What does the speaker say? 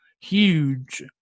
huge